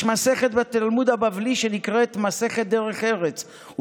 בתלמוד הבבלי יש מסכת שנקראת מסכת דרך ארץ,